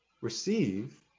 receive